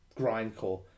grindcore